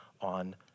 on